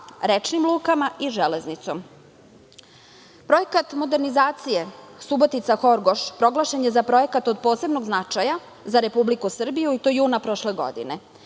rečnim lukama i železnicom. Projekat modernizacije Subotica – Horgoš proglašen je za projekat od posebnog značaja za Republiku Srbiju i to juna prošle godine.